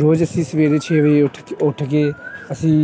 ਰੋਜ਼ ਅਸੀਂ ਸਵੇਰੇ ਛੇ ਵਜੇ ਉੱਠ ਉੱਠ ਕੇ ਅਸੀਂ